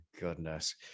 goodness